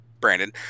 Brandon